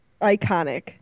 iconic